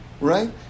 Right